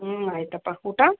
ಹ್ಞೂ ಆಯಿತಪ್ಪ ಊಟ